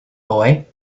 boy